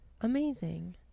amazing